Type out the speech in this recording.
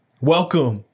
Welcome